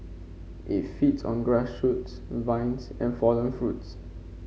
it feeds on grass shoots vines and fallen fruits